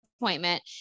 Appointment